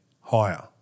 higher